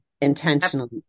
intentionally